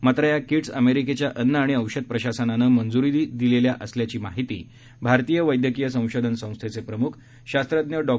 मात्र या किट्स अमेरिकेच्या अन्न आणि औषध प्रशासनानं मंजूरी दिलेल्या असल्याची माहिती भारतीय वैद्यकीय संशोधन संस्थेचे प्रमुख शास्त्रज्ञ डॉ